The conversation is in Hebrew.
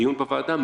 בדיון בוועדה,